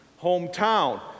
hometown